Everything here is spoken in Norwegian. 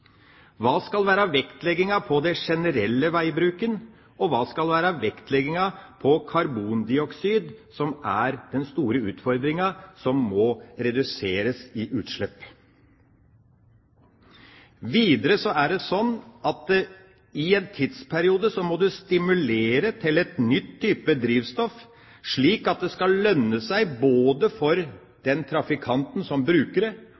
Hva skal vektlegges når det gjelder den generelle veibruken, og hva skal vektlegges når det gjelder karbondioksid, som er den store utfordringa med hensyn til å redusere utslipp? Videre er det sånn at i en tidsperiode må en stimulere til en ny type drivstoff som skal lønne seg både for den trafikanten som bruker det,